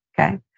okay